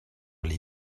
les